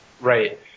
Right